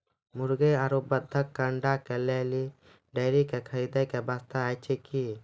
मुर्गी आरु बत्तक के अंडा के लेल डेयरी के खरीदे के व्यवस्था अछि कि?